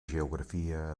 geografia